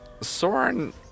Soren